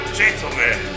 gentlemen